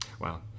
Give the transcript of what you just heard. Wow